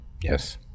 Yes